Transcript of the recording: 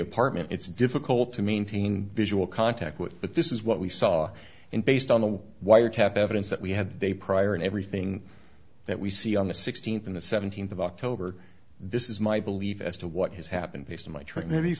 apartment it's difficult to maintain visual contact with but this is what we saw and based on the wiretap evidence that we had they prior and everything that we see on the sixteenth and the seventeenth of october this is my belief as to what has happened based on my track maybe you